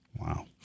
Wow